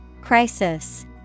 Crisis